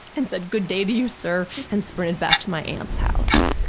and said, good day to you sir. and sprinted back to my aunt's house.